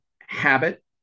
habit